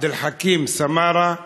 עבד אל חכים סמארה,